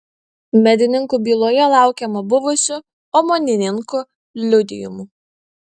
medininkų byloje laukiama buvusių omonininkų liudijimų